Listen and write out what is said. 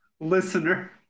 listener